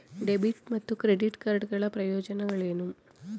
Debit ಮತ್ತು credit card ಗಳ ಪ್ರಯೋಜನಗಳೇನು?